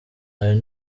hari